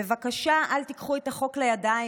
בבקשה אל תיקחו את החוק לידיים,